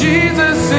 Jesus